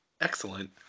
Excellent